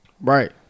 Right